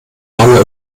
lange